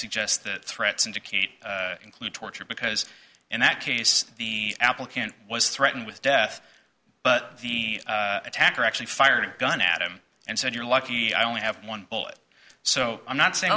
suggest that threats indicate include torture because in that case the applicant was threatened with death but the attacker actually fired a gun at him and said you're lucky i only have one bullet so i'm not saying